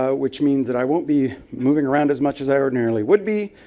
ah which means that i won't be moving around as much as i ordinarily would be.